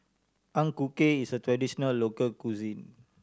Ang Ku Kueh is a traditional local cuisine